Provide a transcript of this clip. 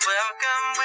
Welcome